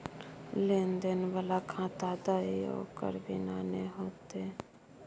लेन देन बला खाता दही ओकर बिना नै हेतौ